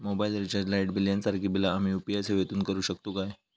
Mobile recharge, light bill यांसारखी बिला आम्ही यू.पी.आय सेवेतून करू शकतू काय?